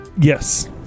Yes